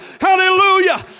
hallelujah